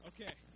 Okay